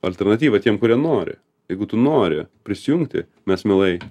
alternatyvą tiem kurie nori jeigu tu nori prisijungti mes mielai